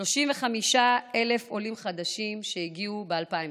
35,000 עולים חדשים הגיעו ב-2019.